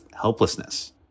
helplessness